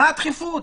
מה הדחיפות?